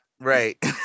right